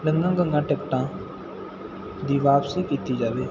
ਲਈਆਂ ਗਈਆਂ ਟਿਕਟਾਂ ਦੀ ਵਾਪਸੀ ਕੀਤੀ ਜਾਵੇ